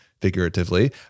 figuratively